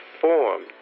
form